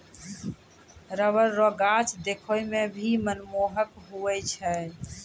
rubber रो गाछ देखै मे भी मनमोहक हुवै छै